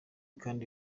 kandi